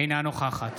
אינה נוכחת